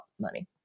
money